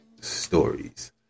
stories